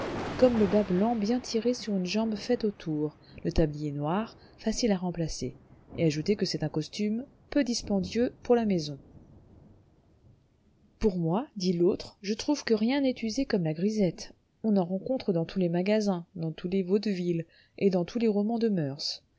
comme le bas blanc bien tiré sur une jambe faite au tour le tablier noir facile à remplacer et ajoutez que c'est un costume peu dispendieux pour la maison pour moi dit l'autre je trouve que rien n'est usé comme la grisette on en rencontre dans tous les magasins dans tous les vaudevilles et dans tous les romans de moeurs